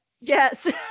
yes